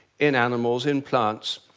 in animals, in plants,